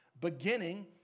beginning